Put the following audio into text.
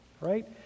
right